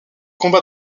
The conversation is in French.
combat